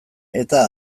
eta